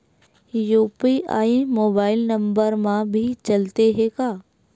UPI mobile number मा भी चलते हे का?